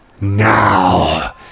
Now